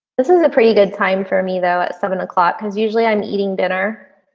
this is a pretty good time for me though at seven o'clock because usually i'm eating dinner